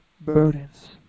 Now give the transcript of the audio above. burdens